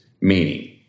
meaning